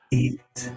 eat